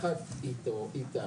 יחד איתו-איתה.